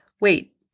wait